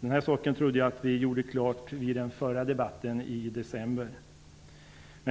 Den saken trodde jag att vi klargjorde under den förra debatten, i december.